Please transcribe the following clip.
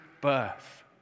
birth